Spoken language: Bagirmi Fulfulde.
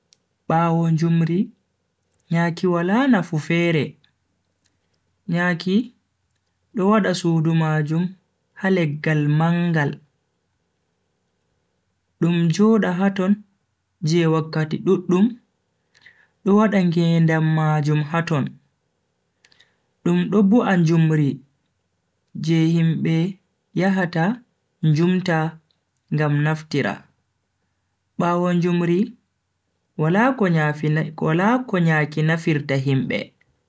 Bawo jumri, nyaki wala nafu fere. nyaki do wada sudu majum ha leggal maangal, dum joda haton je wakkati duddum do wada ngedam majum ha ton, dum do bu'a jumri je himbe yahata njumta ngam naftira. bawo njumri wala ko nyaki nafirta himbe.